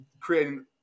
creating